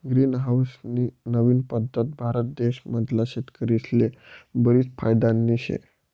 green house नी नवीन पद्धत भारत देश मधला शेतकरीस्ले बरीच फायदानी शे